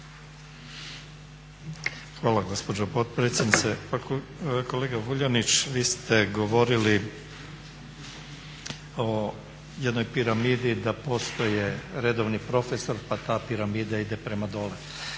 Hvala gospođo potpredsjednice. Pa kolega Vuljanić vi ste govorili o jednoj piramidi da postoje redovni profesor pa ta piramida ide prema dole.